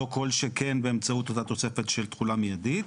לא כל שכן באמצעות אותה תוספת של תחולה מיידית.